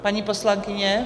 Paní poslankyně?